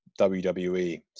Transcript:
WWE